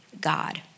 God